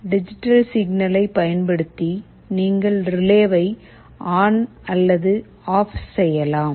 digital சிக்னலை பயன்படுத்தி நீங்கள் ரிலேவை ஆன் அல்லது ஆஃப் ONOFF செய்யலாம்